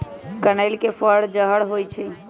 कनइल के फर जहर होइ छइ